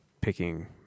picking